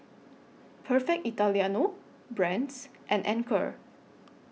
Perfect Italiano Brand's and Anchor